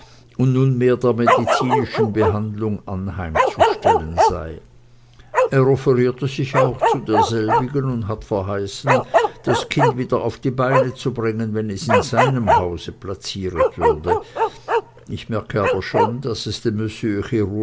und nunmehr der medicinischen behandlung anheim zu stellen sey er offerirte sich auch zu derselbigen und hat verheißen das kind wieder auf die beine zu bringen wenn es in seinem hause placiret würde ich merke aber schon daß es dem